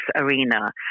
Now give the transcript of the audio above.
arena